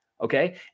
Okay